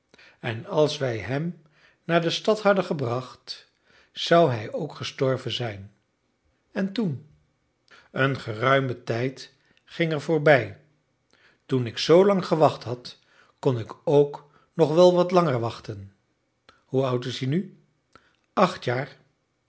en als wij hem naar de stad hadden gebracht zou hij ook gestorven zijn en toen een geruime tijd ging er voorbij toen ik zoolang gewacht had kon ik ook nog wel wat langer wachten hoe oud is hij nu acht jaar